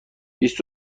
بیست